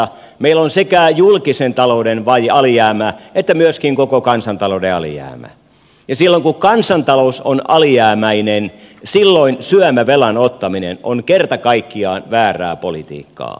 meillä on sekä julkisen talouden alijäämä että myöskin koko kansantalouden alijäämä ja silloin kun kansantalous on alijäämäinen silloin syömävelan ottaminen on kerta kaikkiaan väärää politiikkaa